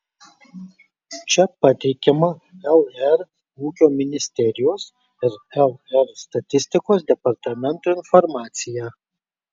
čia pateikiama lr ūkio ministerijos ir lr statistikos departamento informacija